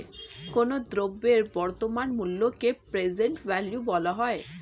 কোনো দ্রব্যের বর্তমান মূল্যকে প্রেজেন্ট ভ্যালু বলা হয়